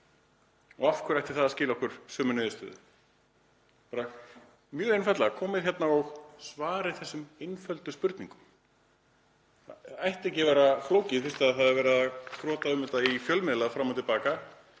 og af hverju ætti það að skila okkur sömu niðurstöðu? Bara mjög einfaldlega komið hingað og svarið þessum einföldu spurningum. Það ætti ekki að vera flókið fyrst það er verið að krota um þetta í fjölmiðla fram og til baka.